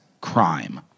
crime